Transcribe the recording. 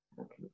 Okay